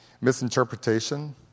Misinterpretation